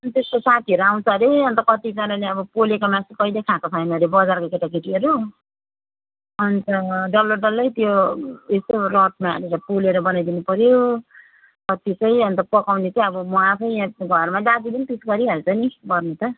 अनि त्यसको साथीहरू आउँछ अरे अन्त कतिजनाले अब पोलेको मासु कहिले खाएको छैन अरे बजारको केटाकेटीहरू अन्त डल्लो डल्लै त्यो रडमा हालेर पोलेर बनाइदिनु पर्यो कति चाहिँ अन्त पकाउने चाहिँ अब म आफै यहाँ घरमा दाजुले पनि गरिहाल्छ नि गर्नु त